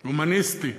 הומניסטי.